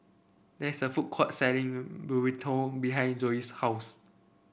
there is a food court selling Burrito behind Zoe's house